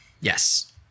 Yes